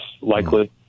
likely